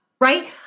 right